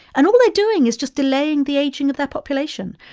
and all they're doing is just delaying the aging of their population.